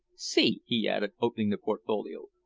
see, he added, opening the portfolio,